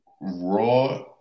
Raw